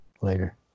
later